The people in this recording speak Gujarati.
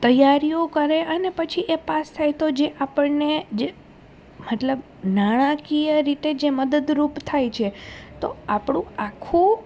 તૈયારીઓ કરે અને પછી એ પાસ થાય તો જે આપણને જે મતલબ નાણાંકીય રીતે જે મદદરૂપ થાય છે તો આપણું આખું